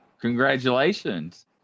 congratulations